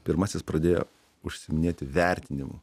pirmasis pradėjo užsiiminėti vertinimu